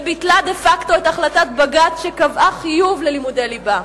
וביטלה דה-פקטו את החלטת בג"ץ שקבעה חיוב ללימודי ליבה.